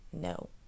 No